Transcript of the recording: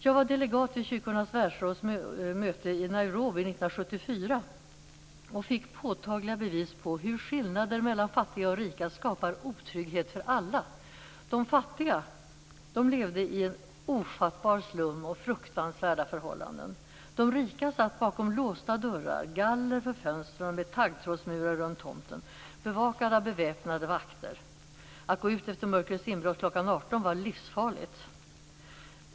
Jag var delegat vid Kyrkornas världsråds möte i Nairobi 1974 och fick påtagliga bevis för hur skillnader mellan fattiga och rika skapar otrygghet för alla. De fattiga levde i en ofattbar slum och under fruktansvärda förhållanden. De rika satt bakom låsta dörrar, hade galler för fönstren och taggtrådsmurar runt tomten, som var bevakad av beväpnade vakter. Att gå ut efter mörkrets inbrott kl. 18 var livsfarligt.